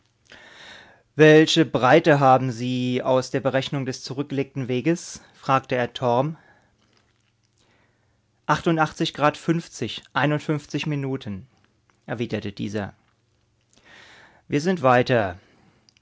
welche breite haben sie aus der berechnung des zurückgelegten weges fragte er torm achtundachtzig grad fünfzig einundfünfzig minuten erwiderte dieser wir sind weiter